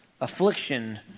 affliction